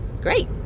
great